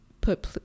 put